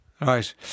right